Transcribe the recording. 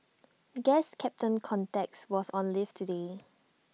guess captain context was on leave today